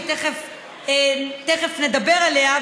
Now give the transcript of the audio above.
שתכף נדבר עליה,